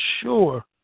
sure